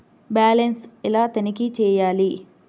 Balance ఎలా తనిఖీ చేయాలి?